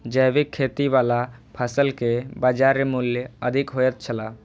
जैविक खेती वाला फसल के बाजार मूल्य अधिक होयत छला